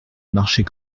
marcher